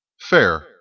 Fair